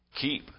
Keep